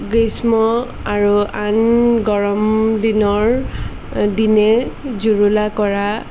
গ্ৰীষ্ম আৰু আন গৰম দিনৰ দিনে জুৰুলা কৰা